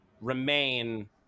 remain